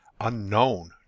unknown